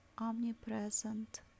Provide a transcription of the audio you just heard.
Omnipresent